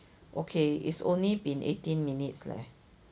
okay it's only been eighteen minutes leh